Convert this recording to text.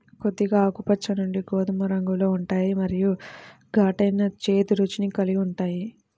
కొద్దిగా ఆకుపచ్చ నుండి గోధుమ రంగులో ఉంటాయి మరియు ఘాటైన, చేదు రుచిని కలిగి ఉంటాయి